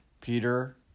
Peter